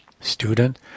Student